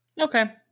Okay